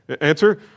Answer